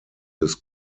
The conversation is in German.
des